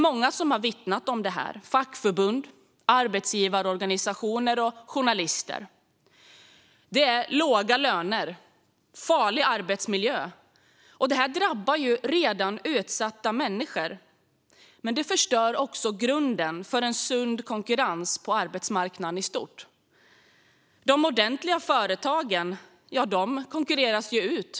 Många har vittnat om detta - fackförbund, arbetsgivarorganisationer och journalister. Det är låga löner och farlig arbetsmiljö, vilket drabbar redan utsatta människor. Det förstör också grunden för en sund konkurrens på arbetsmarknaden i stort. De ordentliga företagen konkurreras ju ut.